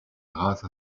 grâce